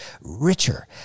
richer